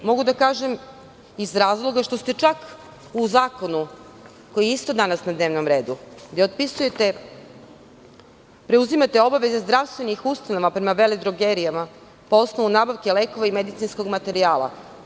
To mogu da kažem iz razloga što ste u zakonu koji je danas na dnevnom redu, gde preuzimate obaveze zdravstvenih ustanova prema veledrogerijama po osnovu nabavke lekova i medicinskog materijala.